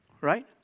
Right